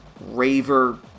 raver